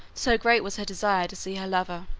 so great was her desire to see her lover,